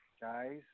Guys